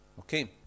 Okay